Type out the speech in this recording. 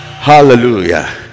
Hallelujah